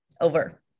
Over